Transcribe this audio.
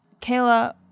Kayla